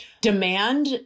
demand